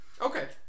okay